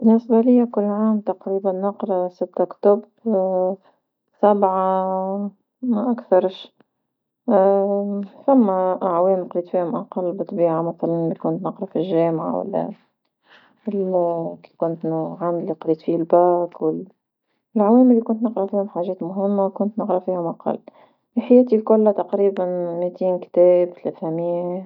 بالنسبة ليا كل عام تقريبا نقرا في ستة كتوب، سبعة ما اكثرش، ثما أعوام قريت فيهم اقل بطبيعة مثلا كي كنت نقرا في الجامعة ولا في كي كنت العام اللي قريت فيه الباك ولعوا اللي كنت نقرا حاجات مهمة كنت نقرا فيهم أقل، في حياتي كلها تقريبا مئتين كتاب ثلاث مئة.